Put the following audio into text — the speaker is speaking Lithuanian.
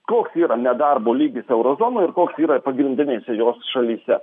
koks yra nedarbo lygis euro zonoj ir koks yra pagrindinėse jos šalyse